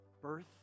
birth